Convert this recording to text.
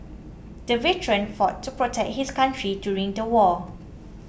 the veteran fought to protect his country during the war